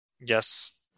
Yes